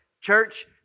Church